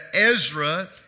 Ezra